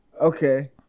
Okay